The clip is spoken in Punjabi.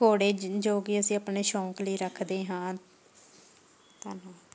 ਘੋੜੇ ਜੋ ਕਿ ਅਸੀਂ ਆਪਣੇ ਸ਼ੌਂਕ ਲਈ ਰੱਖਦੇ ਹਾਂ ਧੰਨ